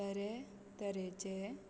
बरें तरेचे